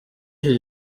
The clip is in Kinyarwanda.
iki